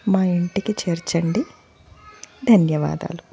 మా ఇంటికి చేర్చండి ధన్యవాదాలు